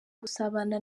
gusabana